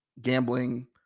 gambling